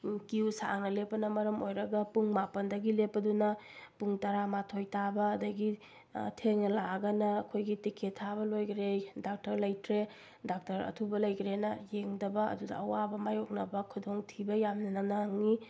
Q ꯁꯥꯡꯅ ꯂꯦꯞꯄꯅ ꯃꯔꯝ ꯑꯣꯏꯔꯒ ꯄꯨꯡ ꯃꯥꯄꯟꯗꯒꯤ ꯂꯦꯞꯄꯗꯨꯅ ꯄꯨꯡ ꯇꯔꯥꯃꯥꯊꯣꯏ ꯇꯥꯕ ꯑꯗꯒꯤ ꯊꯦꯡꯅ ꯂꯥꯛꯑꯒꯅ ꯑꯩꯈꯣꯏꯒꯤ ꯇꯤꯛꯀꯦꯠ ꯊꯥꯕ ꯂꯣꯏꯈ꯭ꯔꯦ ꯗꯥꯛꯇꯔ ꯂꯩꯇ꯭ꯔꯦ ꯗꯥꯛꯇꯔ ꯑꯊꯨꯕ ꯂꯩꯈ꯭ꯔꯦꯅ ꯌꯦꯡꯗꯕ ꯑꯗꯨꯗ ꯑꯋꯥꯕ ꯃꯥꯏꯌꯣꯛꯅꯕ ꯈꯨꯗꯣꯡ ꯊꯤꯕ ꯌꯥꯝꯅ ꯅꯪꯉꯤ